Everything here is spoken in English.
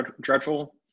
Dreadful